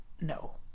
No